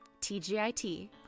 TGIT